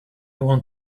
want